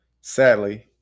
sadly